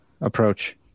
approach